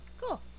cool